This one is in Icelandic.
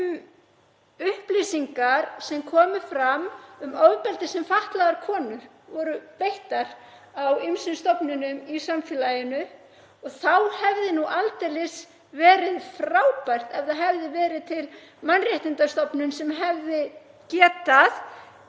um upplýsingar sem komu fram um ofbeldi sem fatlaðar konur voru beittar á ýmsum stofnunum í samfélaginu. Þá hefði nú aldeilis verið frábært ef það hefði verið til mannréttindastofnun sem hefði getað